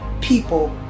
people